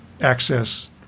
access